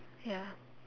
ya